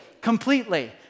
completely